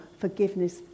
forgiveness